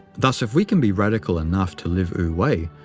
thus if we can be radical enough to live wu-wei,